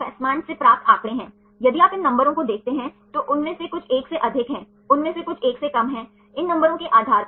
फिर type 2 turns में इस मामले में डायहेड्रल कोण 60 120 सही और 80 0 i 1 और i 2 के मामले के लिए हैं